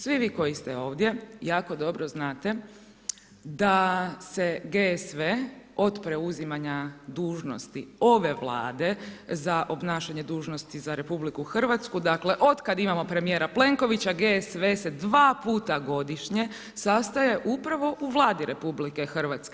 Svi vi koji ste ovdje jako dobro znate da se GSV od preuzimanja dužnosti ove Vlade za obnašanje dužnosti za RH, dakle otkad imamo premijera Plenkovića GSV se dva puta godišnje sastaje upravo u Vladi RH.